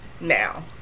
now